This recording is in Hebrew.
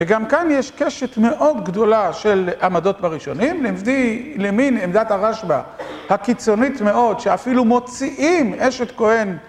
וגם כאן יש קשת מאוד גדולה של עמדות בראשונים למן עמדת הרשב"א הקיצונית מאוד שאפילו מוציאים אשת כהן